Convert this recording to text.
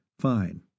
fine